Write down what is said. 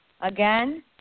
Again